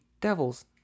Devils